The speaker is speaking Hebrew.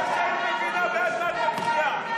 הלוואי שהיית מבינה בעד מה את מצביעה.